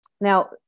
Now